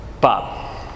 Bob